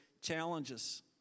challenges